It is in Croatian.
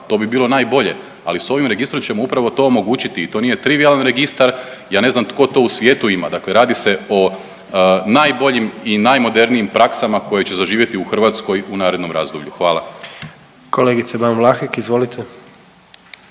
to bi bilo najbolje, ali s ovim registrom ćemo upravo to omogućiti i to nije trivijalan registar, ja ne znam tko to u svijetu ima, dakle radi se o najboljim i najmodernijim praksama koje će zaživjeti u Hrvatskoj u narednom razdoblju, hvala. **Jandroković,